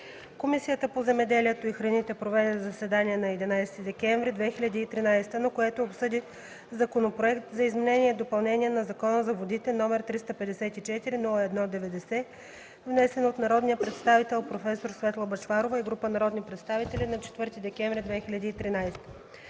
Комисията по земеделието и храните проведе заседание на 11 декември 2013 г., на което обсъди Законопроект за изменение и допълнение на Закона за водите, № 354-01-90, внесен от народния представител проф. Светла Бъчварова и група народни представители на 4 декември 2013